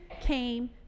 came